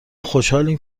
خوشحالیم